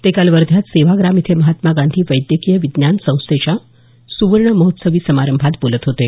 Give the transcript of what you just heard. ते काल वर्ध्यात सेवाग्राम इथं महात्मा गांधी वैद्यकीय विज्ञान संस्थेच्या सुवर्ण महोत्सवी समारंभात बोलत होते